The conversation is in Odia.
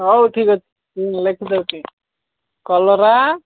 ହଉ ଠିକ୍ ଅଛି ହୁଁ ଲେଖି ଦେଉଛି କଲରା